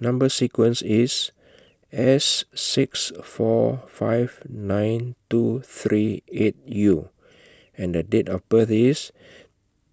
Number sequence IS S six four five nine two three eight U and The Date of birth IS